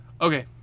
Okay